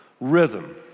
Rhythm